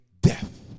death